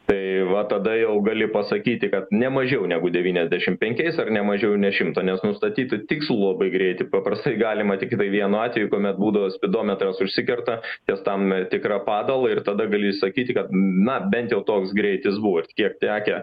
tai va tada jau gali pasakyti kad ne mažiau negu devyniasdešimt penkiais ar ne mažiau nei šimtą nes nustatytų tikslų labai greitai paprastai galima tiktai vienu atveju kuomet būdavo spidometras užsikerta testavome tikrą padalą ir tada gali išsakyti kad na bent jau toks greitis buvo kiek tekę